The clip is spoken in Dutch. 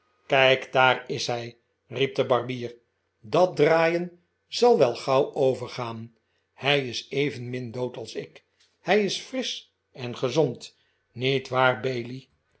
kijk daar is hij riep de barbier dat draaien zal wel gauw overgaan hij is evenmin dood als ik hij isfrisch en gezond niet waar bailey